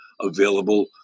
available